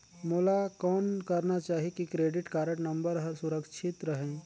मोला कौन करना चाही की क्रेडिट कारड नम्बर हर सुरक्षित रहे?